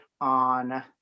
on